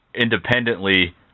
independently